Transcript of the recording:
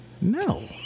No